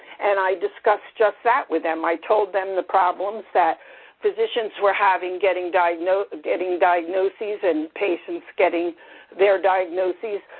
and i discussed just that with them. i told them the problems that physicians were having getting diagnoses getting diagnoses and patients getting their diagnoses,